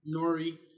Nori